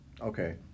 Okay